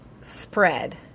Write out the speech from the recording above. spread